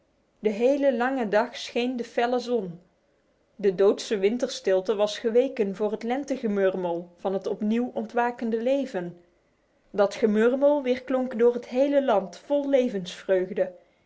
de hele lange dag scheen de felle zon de doodse winterstilte was geweken voor het lentegemurmel van het opnieuw ontwakende leven dat gemurmel weerklonk door het hele land vol levensvreugde